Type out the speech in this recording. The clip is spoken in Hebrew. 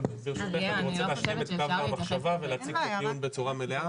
אבל ברשותך אני רוצה להשלים את קו המחשבה ולהציג את הטיעון בצורה מלאה.